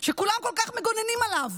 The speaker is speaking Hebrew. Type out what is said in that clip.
שכולם כל כך מגוננים עליו,